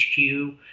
HQ